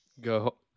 go